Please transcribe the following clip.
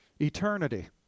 Eternity